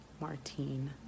Martine